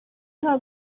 nta